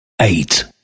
eight